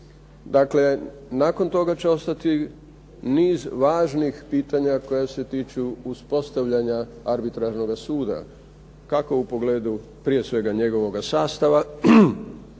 Dakle, nakon toga će ostati niz važnih pitanja koja se tiču uspostavljanja arbitražnoga suda, kako u pogledu prije svega njegovoga sastava,